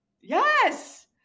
Yes